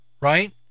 right